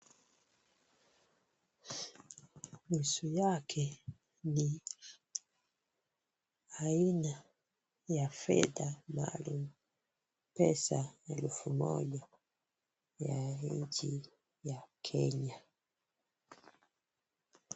Nusu yake ni aina ya fedha maalum, pesa elfu moja ya nchi ya Kenya.